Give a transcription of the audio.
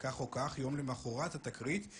בקהילת יוצאי אתיופיה מתעללים יותר כי אנחנו שותקים,